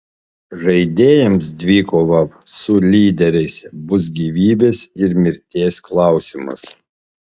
žaidėjams dvikova su lyderiais bus gyvybės ir mirties klausimas